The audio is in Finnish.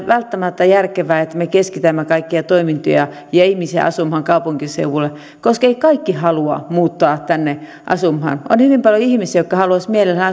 välttämättä järkevää että me keskitämme kaikkia toimintoja ja ihmisiä asumaan kaupunkiseudulle koska eivät kaikki halua muuttaa tänne asumaan on hyvin paljon ihmisiä jotka haluaisivat mielellään